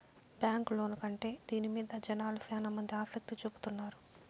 bank loan కంటే దీని మీద జనాలు శ్యానా మంది ఆసక్తి చూపుతున్నారు